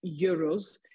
euros